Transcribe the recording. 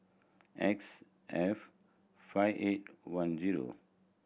X F five eight one zero